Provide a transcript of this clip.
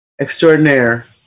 extraordinaire